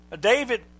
David